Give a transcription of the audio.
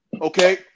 Okay